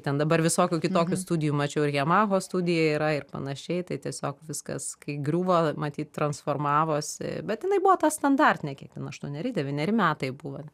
ten dabar visokių kitokių studijų mačiau ir jamahos studija yra ir panašiai tai tiesiog viskas kai griuvo matyt transformavosi bet jinai buvo ta standartinė kiek ten aštuoneri devyneri metai buvo